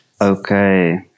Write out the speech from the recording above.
Okay